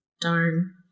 darn